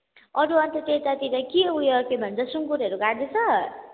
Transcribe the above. अरू अनि त त्यतातिर के ऊ यो के भन्छ सुङ्गुरहरू काट्दैछ